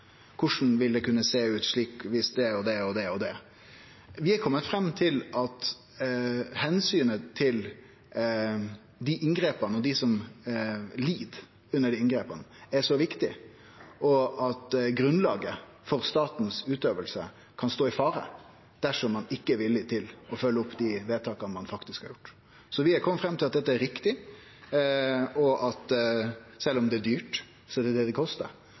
korleis det vil kunne sjå ut viss det og det og det og det. Vi er komne fram til at omsynet til dei inngrepa og dei som lid under dei inngrepa, er så viktig, og at grunnlaget for statens utøving kan stå i fare dersom ein ikkje er villig til å følgje opp dei vedtaka ein faktisk har gjort. Vi er komne fram til at dette er riktig, og at sjølv om det er dyrt, er det det det kostar.